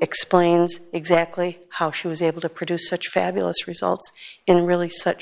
explains exactly how she was able to produce such fabulous results in really such